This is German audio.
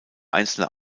einzelne